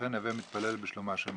ולכן "הוי מתפלל בשלומה של מלכות".